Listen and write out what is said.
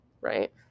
Right